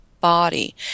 body